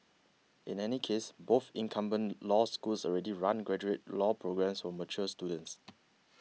in any case both incumbent law schools already run graduate law programmes for mature students